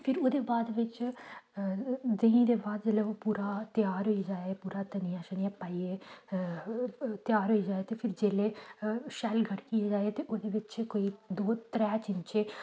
फिर ओह्दे बाद बिच्च देहीं दे बाद जेल्लै ओह् पूरा त्यार होई जाए पूरा धनियां शनियां पाइयै त्यार होई जाए ते फिर जेल्लै शैल गड़की जाए ओह्दे च कोई दो त्रैऽ चीजें